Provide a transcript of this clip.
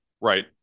right